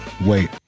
wait